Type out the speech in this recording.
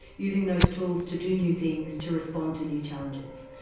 using those tools to do new things, to respond to new challenges.